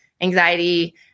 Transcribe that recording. anxiety